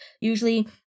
usually